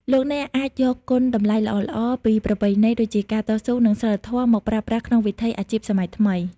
លោកអ្នកអាចយកគុណតម្លៃល្អៗពីប្រពៃណី ដូចជា "ការតស៊ូ" និង "សីលធម៌" មកប្រើប្រាស់ក្នុងវិថីអាជីពសម័យថ្មី។